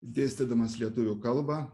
dėstydamas lietuvių kalbą